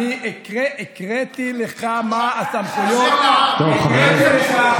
אני הקראתי לך מה הסמכויות, אי-אפשר,